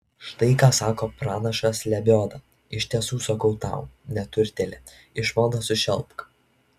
štai ką sako pranašas lebioda iš tiesų sakau tau neturtėlį išmalda sušelpk